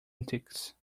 antics